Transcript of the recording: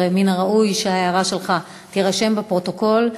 ומן הראוי שההערה שלך תירשם בפרוטוקול.